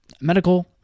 medical